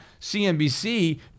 CNBC